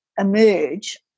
emerge